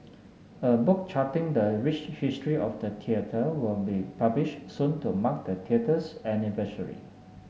a book charting the rich history of the theater will be published soon to mark the theater's anniversary